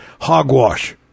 hogwash